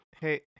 Hey